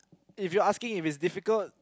if you're asking if it's difficult